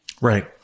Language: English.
Right